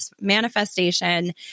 manifestation